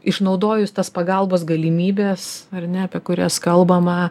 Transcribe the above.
išnaudojus tas pagalbos galimybes ar ne apie kurias kalbama